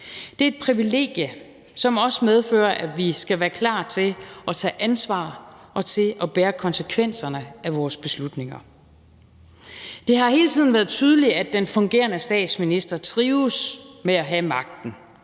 Det er et privilegie, som også medfører, at vi skal være klar til at tage ansvar og til at bære konsekvenserne af vores beslutninger. Det har hele tiden været tydeligt, at den fungerende statsminister trives med at have magten.